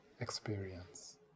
experience